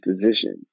position